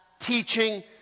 teaching